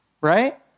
Right